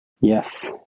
Yes